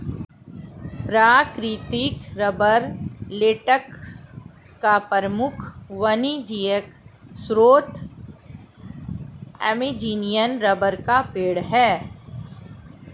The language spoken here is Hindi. प्राकृतिक रबर लेटेक्स का प्रमुख वाणिज्यिक स्रोत अमेज़ॅनियन रबर का पेड़ है